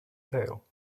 tail